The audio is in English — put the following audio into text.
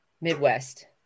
Midwest